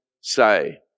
say